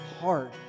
heart